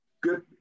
Good